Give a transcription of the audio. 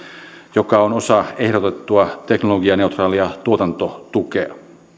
joka on osa ehdotettua teknologianeutraalia tuotantotukea